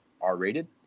R-rated